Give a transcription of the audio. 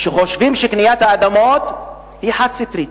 שחושבים שקניית האדמות היא חד-סטרית,